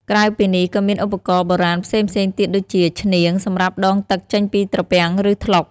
ក្រៅពីនេះ ក៏មានឧបករណ៍បុរាណផ្សេងៗទៀតដូចជា ឈ្នាង សម្រាប់ដងទឹកចេញពីត្រពាំង ឬថ្លុក។